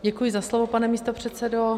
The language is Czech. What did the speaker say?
Děkuji za slovo, pane místopředsedo.